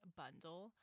bundle